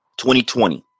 2020